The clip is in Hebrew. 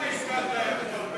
מה עם העסקה של תיירות מרפא?